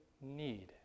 need